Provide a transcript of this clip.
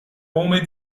قوم